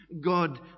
God